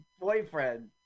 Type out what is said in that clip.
boyfriend